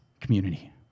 community